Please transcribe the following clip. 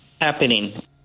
happening